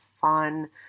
fun